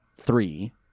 three